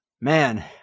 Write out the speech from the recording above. man